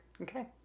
Okay